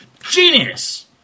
Genius